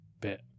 bit